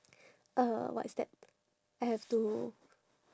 uh what is that I have to